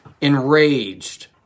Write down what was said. enraged